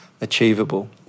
achievable